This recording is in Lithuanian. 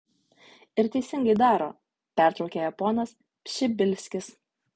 ir teisingai daro pertraukė ją ponas pšibilskis